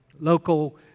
local